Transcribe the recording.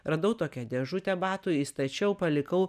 radau tokią dėžutę batų įstačiau palikau